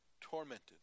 tormented